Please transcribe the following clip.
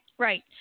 Right